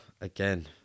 again